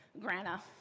Grana